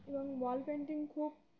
এবং wall painting খুব